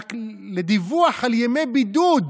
המערכת לדיווח על ימי בידוד,